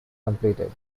completed